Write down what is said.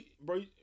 bro